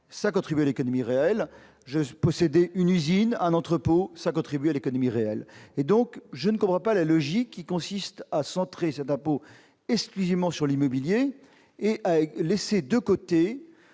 cela contribue à l'économie réelle. Posséder une usine, un entrepôt, cela contribue à l'économie réelle. Donc, je ne comprends pas la logique qui consiste à centrer cet impôt exclusivement sur l'immobilier et à laisser de côté